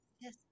yes